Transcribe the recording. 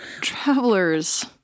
travelers